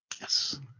Yes